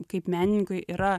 kaip menininkui yra